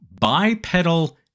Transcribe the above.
bipedal